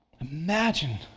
Imagine